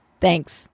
Thanks